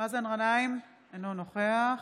מאזן גנאים, אינו נוכח